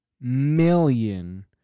million